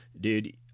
dude